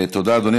תודה, אדוני.